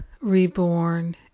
reborn